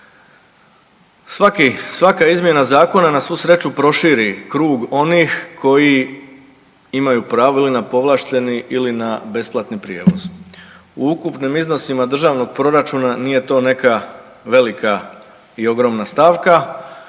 Svaka izmjena zakona na svu sreću proširi krug onih koji imaju pravo ili na povlašteni ili na besplatni prijevoz. U ukupnim iznosima državnog proračuna nije to neka velika i ogromna stavka,